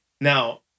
Now